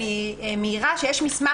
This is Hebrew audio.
אני מעירה שיש מסמך,